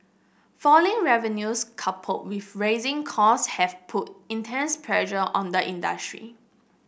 falling revenues coupled with rising costs have put intense pressure on the industry